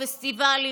פסטיבלים,